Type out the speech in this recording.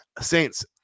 Saints